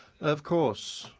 of course,